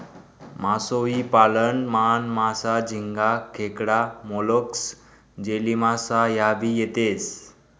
मासोई पालन मान, मासा, झिंगा, खेकडा, मोलस्क, जेलीमासा ह्या भी येतेस